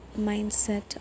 mindset